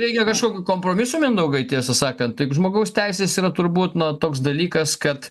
reikia kažkokių kompromisų mindaugai tiesą sakant tai žmogaus teisės yra turbūt na toks dalykas kad